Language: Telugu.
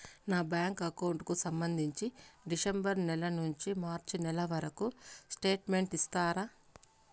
నా బ్యాంకు అకౌంట్ కు సంబంధించి డిసెంబరు నెల నుండి మార్చి నెలవరకు స్టేట్మెంట్ ఇస్తారా?